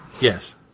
Yes